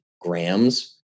grams